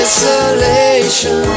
Isolation